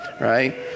right